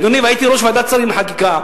והייתי יושב-ראש ועדת שרים לחקיקה,